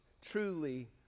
truly